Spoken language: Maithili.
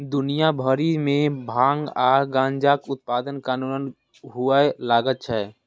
दुनिया भरि मे भांग आ गांजाक उत्पादन कानूनन हुअय लागल छै